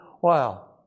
Wow